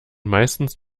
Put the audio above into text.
meistens